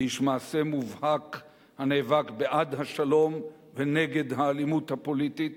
כאיש מעשה מובהק הנאבק בעד השלום ונגד האלימות הפוליטית,